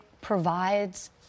provides